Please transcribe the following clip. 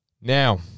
Now